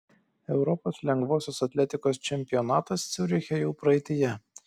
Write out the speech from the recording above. europos lengvosios atletikos čempionatas ciuriche jau praeityje